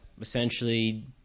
essentially